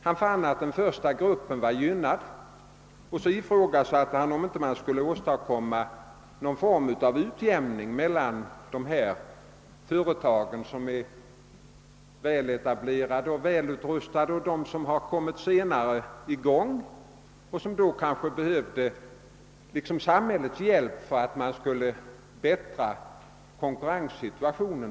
Han fann att den första gruppen var gynnad, och han ifrågasatte om man inte borde försöka åstadkomma någon form av utjämning mellan de företag som är väletablerade och välutrustade och de företag som kommit i gång senare och som därför kanske behöver samhällets stöd för att få en bättre konkurrenssituation.